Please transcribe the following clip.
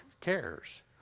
cares